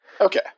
Okay